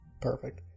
Perfect